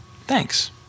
thanks